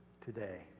today